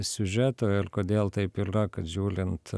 siužeto ir kodėl taip yria kad žiūlint